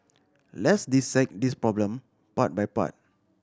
let's dissect this problem part by part